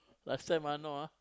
last time ah no ah